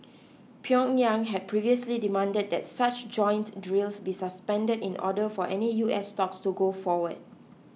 Pyongyang had previously demanded that such joint drills be suspended in order for any U S talks to go forward